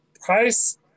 Price